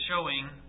showing